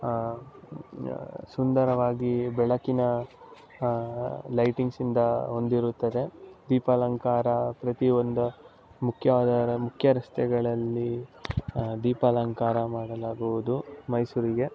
ಸುಂದರವಾಗಿ ಬೆಳಕಿನ ಲೈಟಿಂಗ್ಸಿಂದ ಹೊಂದಿರುತ್ತದೆ ದೀಪಾಲಂಕಾರ ಪ್ರತಿ ಒಂದು ಮುಖ್ಯವಾದ ರ ಮುಖ್ಯ ರಸ್ತೆಗಳಲ್ಲಿ ದೀಪಾಲಂಕಾರ ಮಾಡಲಾಗುವುದು ಮೈಸೂರಿಗೆ